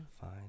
fine